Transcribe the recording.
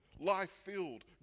life-filled